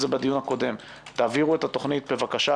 זה בדיון הקודם: תעבירו את התוכנית בבקשה,